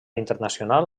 internacional